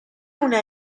una